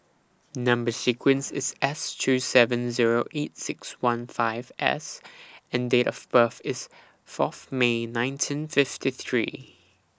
Number sequence IS S two seven Zero eight six one five S and Date of birth IS Fourth May nineteen fifty three